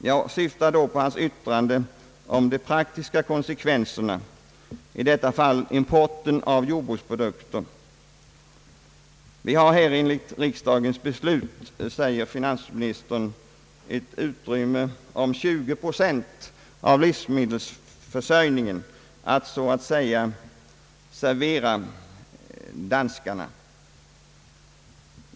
Jag syftar då på hans yttrande om de praktiska konsekvenserna, i detta fall importen av jordbruksprodukter. Vi har här enligt riksdagens beslut, säger finansministern, ett utrymme om 20 procent av livsmedelsförsörjningen att så att säga servera danskarna.